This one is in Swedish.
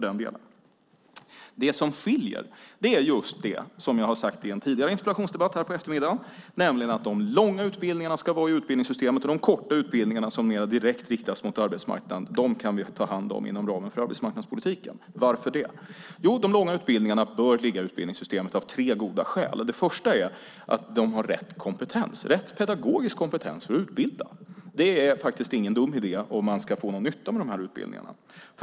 Det som skiljer är just det som jag har sagt i en tidigare interpellationsdebatt på eftermiddagen, nämligen att de långa utbildningarna ska vara i utbildningssystemet. De korta utbildningarna, som mer direkt riktas mot arbetsmarknaden, kan vi ta hand om inom ramen för arbetsmarknadspolitiken. Varför det? Jo, de långa utbildningarna bör ligga i utbildningssystemet av tre goda skäl. Det första är att det där finns rätt kompetens. Där finns rätt pedagogisk kompetens för att utbilda. Det är faktiskt ingen dum idé om man ska få någon nytta av de här utbildningarna.